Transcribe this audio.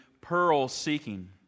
pearl-seeking